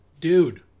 Dude